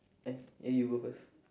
eh eh you go first